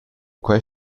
quei